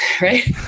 right